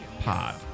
pod